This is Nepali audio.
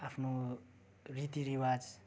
आफ्नो रीतिरिवाज